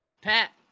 Pat